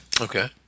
Okay